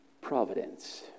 providence